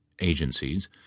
agencies